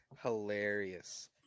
Hilarious